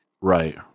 Right